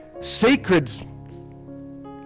sacred